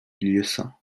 lieusaint